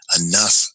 enough